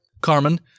Carmen